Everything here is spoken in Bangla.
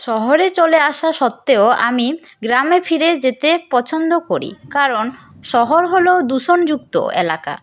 শহরে চলে আসা সত্ত্বেও আমি গ্রামে ফিরে যেতে পছন্দ করি কারণ শহর হল দূষণযুক্ত এলাকা